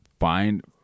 Find